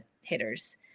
hitters